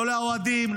לא לאוהדים,